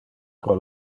pro